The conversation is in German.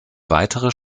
weitere